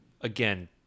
again